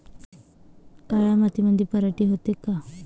काळ्या मातीमंदी पराटी होते का?